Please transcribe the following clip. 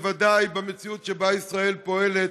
בוודאי במציאות שבה ישראל פועלת,